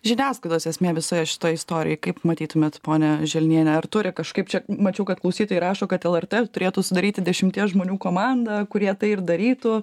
žiniasklaidos esmė visoje šitoj istorijoj kaip matytumėt pone želniene ar turi kažkaip čia mačiau kad klausytojai rašo kad lrt turėtų sudaryti dešimties žmonių komandą kurie tai ir darytų